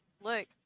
look